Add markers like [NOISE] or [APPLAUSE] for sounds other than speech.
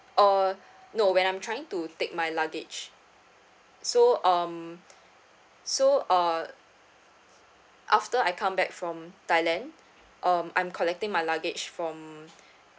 uh no when I'm trying to take my luggage so um so uh after I come back from thailand um I'm collecting my luggage from [BREATH]